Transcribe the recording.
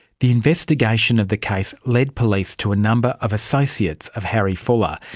the investigation of the case led police to a number of associates of harry fuller.